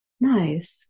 Nice